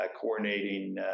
coordinating